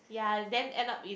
ya then end up is